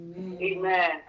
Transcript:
Amen